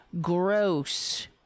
gross